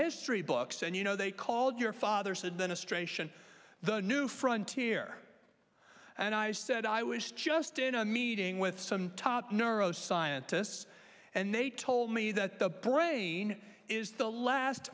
history books and you know they called your father's administration the new frontier and i said i was just in a meeting with some top neuroscientists and they told me that the brain is the last